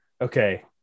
okay